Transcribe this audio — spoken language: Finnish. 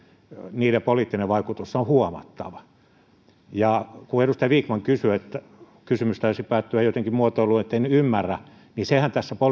niiden poliittinen vaikutus on huomattava kun edustaja vikman kysyi kysymys taisi päättyä jotenkin muotoiluun etten ymmärrä niin sehän tässä